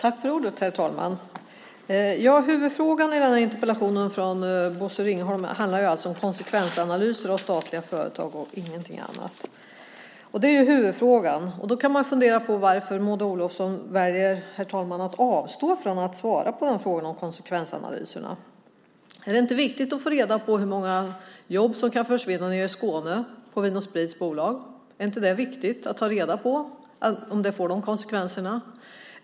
Herr talman! Huvudfrågan i interpellationen från Bosse Ringholm handlar alltså om konsekvensanalyser av statliga företag, ingenting annat. Det är huvudfrågan. Man kan fundera på varför Maud Olofsson väljer att avstå från att svara på frågan om konsekvensanalyserna. Är det inte viktigt att få reda på hur många jobb som kan försvinna nere i Skåne på Vin & Sprits bolag? Är det inte viktigt att ta reda på vilka konsekvenser det får?